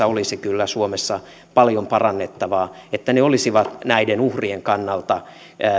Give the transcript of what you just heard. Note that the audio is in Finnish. olisi kyllä suomessa paljon parannettavaa että ne olisivat näiden uhrien kannalta